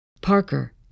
Parker